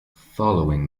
following